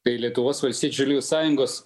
tai lietuvos valstiečių ir jų sąjungos